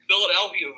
Philadelphia